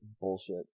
Bullshit